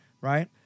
Right